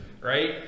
right